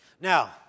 Now